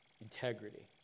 Integrity